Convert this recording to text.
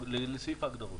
לסעיף ההגדרות.